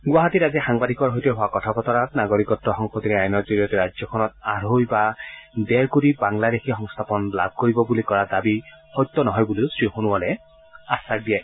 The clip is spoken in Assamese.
গুৱাহাটীত আজি সাংবাদিকৰ সৈতে হোৱা কথা বতৰাত নাগৰিকত্ব সংশোধনী আইনৰ জৰিয়তে ৰাজ্যখনত আঢ়ৈ বা ডেৰকোটি বাংলাদেশী সংস্থাপন লাভ কৰিব বুলি কৰা দাবী সত্য নহয় বুলিও শ্ৰীসোণোৱালে আখাস দিয়ে